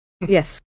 Yes